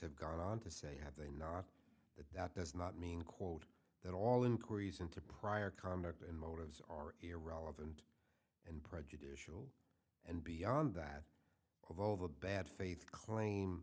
have gone on to say had they not that that does not mean quote that all inquiries into prior conduct in motives are irrelevant and prejudicial and beyond that of all the bad faith claim